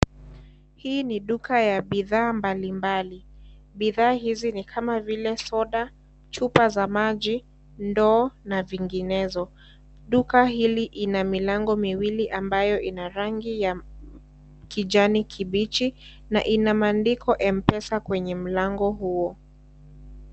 Hii ni duka ya bidhaa mbalimbali, bidhaa hizi ni kama vile soda, chupa za maji, ndoo na vinginezo, duka hili ina milango miwili ambayo ina rangi ya kijani kibichi na ina maandiko (cs)M-pesa(cs) kwenye mlango huo.